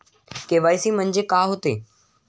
KYC म्हंनजे का होते?